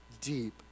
deep